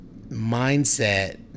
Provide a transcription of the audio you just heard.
mindset